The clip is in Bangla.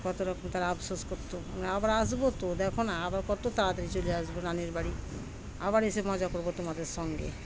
কত রকম তারা আফসোস করতো মানে আবার আসবো তো দেখো না আবার কত তাড়াতাড়ি চলে আসবো নানির বাড়ি আবার এসে মজা করবো তোমাদের সঙ্গে